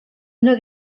una